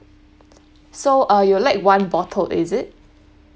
so uh you'll like one bottle is it